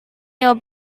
your